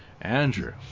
Andrew